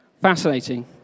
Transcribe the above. Fascinating